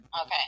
Okay